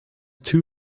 two